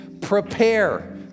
Prepare